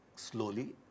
Slowly